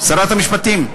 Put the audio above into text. שרת המשפטים?